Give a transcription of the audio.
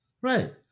Right